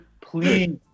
please –